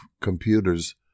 computers